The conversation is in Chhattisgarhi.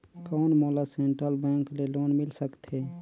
कौन मोला सेंट्रल बैंक ले लोन मिल सकथे?